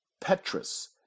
Petrus